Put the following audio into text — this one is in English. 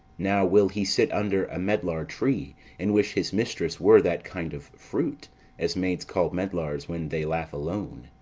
now will he sit under a medlar tree and wish his mistress were that kind of fruit as maids call medlars when they laugh alone.